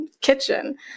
kitchen